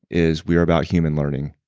is, we are about human learning,